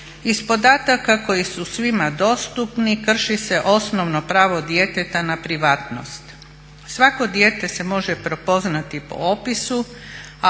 iz podataka koji su svima dostupni krši se osnovno pravo djeteta na privatnost. Svako dijete se može prepoznati po opisu,